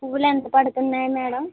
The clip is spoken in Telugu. పువ్వులెంత పడుతున్నాయి మేడం